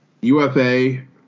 UFA